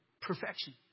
Perfection